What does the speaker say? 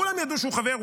כולם ידעו שהוא חבר,